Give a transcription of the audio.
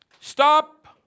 Stop